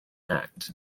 act